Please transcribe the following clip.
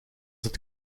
het